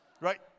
Right